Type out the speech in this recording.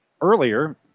earlier